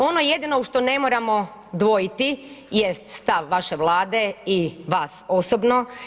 Ono jedino u što ne moramo dvojiti jest stav važe Vlade i vas osobno.